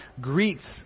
greets